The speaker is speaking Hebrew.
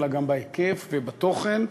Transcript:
אלא גם בהיקף ובתוכן,